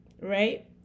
right